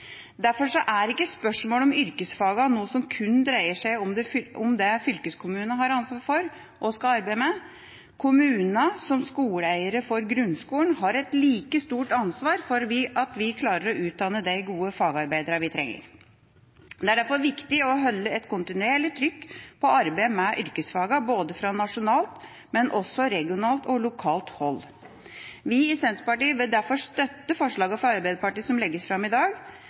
Derfor er ikke spørsmålet om yrkesfagene noe som kun dreier seg om det fylkeskommunene har ansvar for og skal arbeide med. Kommunene som skoleeiere for grunnskolen har et like stort ansvar for at vi klarer å utdanne de gode fagarbeiderne vi trenger. Det er derfor viktig å holde et kontinuerlig trykk på arbeidet med yrkesfagene fra nasjonalt hold, men også fra regionalt og lokalt hold. Vi i Senterpartiet vil derfor støtte forslagene fra Arbeiderpartiet som legges fram i dag,